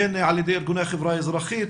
בין על ידי ארגוני החברה האזרחית,